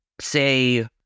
say